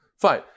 Fine